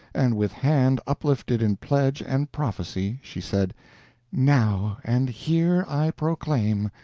and with hand uplifted in pledge and prophecy, she said now and here i proclaim